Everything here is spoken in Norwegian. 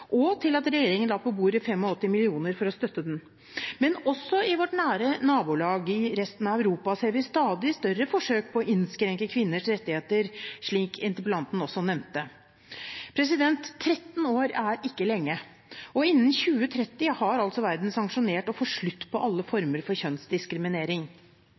og til at regjeringen la på bordet 85 mill. kr for å støtte den. Men også i vårt nære nabolag og i resten av Europa ser vi stadig større forsøk på å innskrenke kvinners rettigheter, som interpellanten også nevnte. 13 år er ikke lenge, og innen 2030 har altså verden ratifisert å få slutt på alle